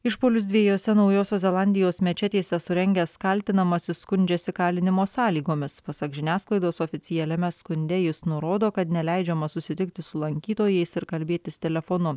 išpuolius dviejose naujosios zelandijos mečetėse surengęs kaltinamasis skundžiasi kalinimo sąlygomis pasak žiniasklaidos oficialiame skunde jis nurodo kad neleidžiama susitikti su lankytojais ir kalbėtis telefonu